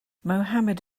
mohammed